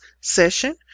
session